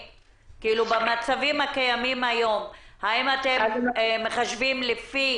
במצבים הקיימים היום, האם אתם מחשבים לפי